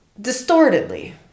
distortedly